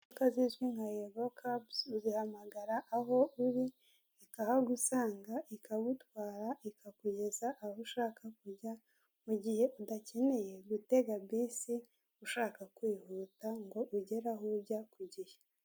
Imodoka zizwi nka yego cabuzi uzihamagara aho uri ikahagusanga ikagutwara ikakugeza aho ushaka kujya mu gihe udakeneye gutega bisi ushaka kwihuta ngo ugere aho ujya ku gihe.